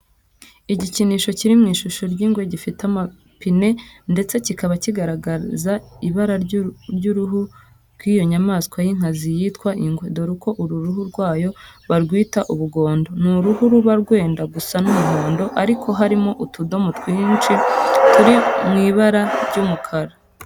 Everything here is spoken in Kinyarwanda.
Igikinisho kiri mu ishusho y'ingwe gifite amapine ndetse kikaba kigaragaza ibara ry'uruhu rw'iyo nyamaswa y'inkazi yitwa ingwe dore ko uruhu rwayo barwita ubugondo. Ni uruhu ruba rwenda gusa n'umuhondo ariko harimo utudomo twinshi turi mu ibara ry'umukara.